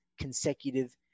consecutive